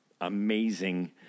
amazing